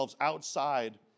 outside